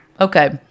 Okay